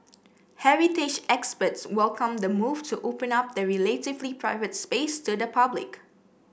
heritage experts welcomed the move to open up the relatively private space to the public